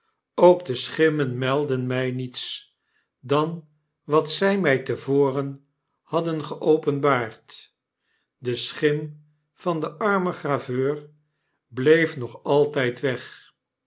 ook de schimmen meldden my niets dan wat zy my te voren hadden geopenbaard de schim van den armen graveur bleef nog altyd weg